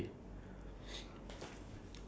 then at least you can keep that experience